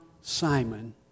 Simon